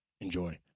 Enjoy